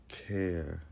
care